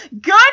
Good